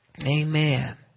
Amen